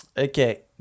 Okay